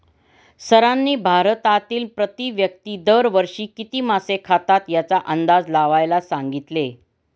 सरांनी भारतातील प्रति व्यक्ती दर वर्षी किती मासे खातात याचा अंदाज लावायला सांगितले?